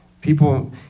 people